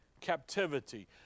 captivity